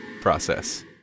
process